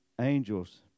Angels